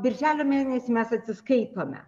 birželio mėnesį mes atsiskaitome